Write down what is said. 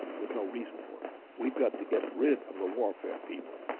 there's no reason for it. we've got to get rid of the warfare people,